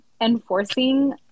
enforcing